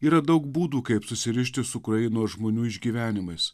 yra daug būdų kaip susirišti su ukrainos žmonių išgyvenimais